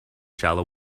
shallow